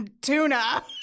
Tuna